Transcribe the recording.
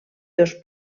dos